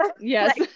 Yes